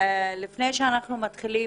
לפני שנתחיל,